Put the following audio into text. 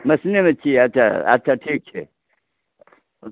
मेहसिनेमे छियै अच्छा अच्छा ठीक छै